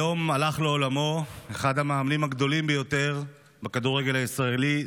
היום הלך לעולמו אחד המאמנים הגדולים ביותר בכדורגל הישראלי,